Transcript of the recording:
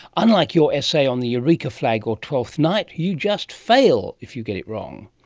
unlike your essay on the eureka flag or twelfth night, you just fail if you get it wrong.